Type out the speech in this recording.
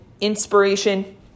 inspiration